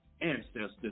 ancestors